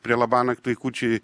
prie labanakt vaikučiai